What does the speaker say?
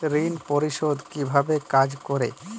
ঋণ পরিশোধ কিভাবে কাজ করে?